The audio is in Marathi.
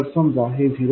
तर समजा हे 0